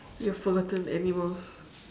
we are forgotten animals